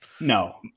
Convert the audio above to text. No